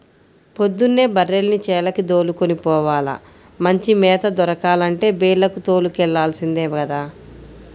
పొద్దున్నే బర్రెల్ని చేలకి దోలుకొని పోవాల, మంచి మేత దొరకాలంటే బీల్లకు తోలుకెల్లాల్సిందే గదా